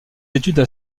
études